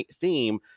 theme